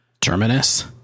Terminus